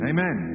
Amen